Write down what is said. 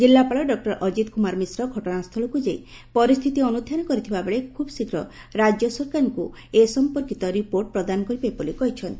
କିଲ୍ଲାପାଳ ଡଃ ଅକିତ କୁମାର ମିଶ୍ର ଘଟଣାସ୍ଥଳକୁ ଯାଇ ପରିସ୍ତିତି ଅନୁଧ୍ରାନ କରିଥିବାବେଳେ ଖୁବ୍ଶୀଘ୍ର ରାଜ୍ୟ ସରକାରଙ୍କୁ ରିପୋର୍ଟ ପ୍ରଦାନ କରିବେ ବୋଲି କହିଛନ୍ତି